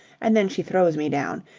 and then she throws me down.